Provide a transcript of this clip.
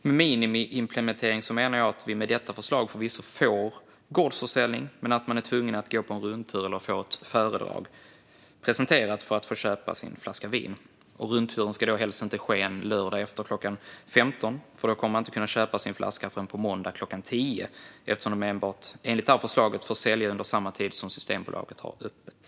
Med minimiimplementering menar jag att vi med detta förslag förvisso får gårdsförsäljning, men man är tvungen att gå en rundtur eller på ett föredrag för att få köpa sin flaska vin. Rundturen ska då helst inte ske en lördag efter klockan 15. Då kommer man nämligen inte att kunna köpa sin flaska förrän på måndag klockan 10, eftersom försäljning enligt förslaget enbart får ske under samma tid som Systembolaget har öppet.